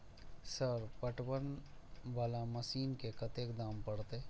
Sir पटवन वाला machine के कतेक दाम परतें?